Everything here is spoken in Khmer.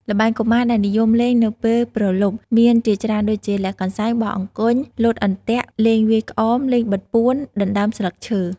ល្បែងកុមារដែលនិយមលេងនៅពេលព្រលប់មានជាច្រើនដូចជា លាក់កន្សែង បោះអង្គញ់ លោតអន្ទាក់ លេងវាយក្អម លេងបិទពួន ដណ្តើមស្លឹកឈើ ។